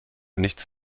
nicht